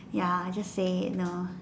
ya just say nah